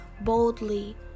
boldly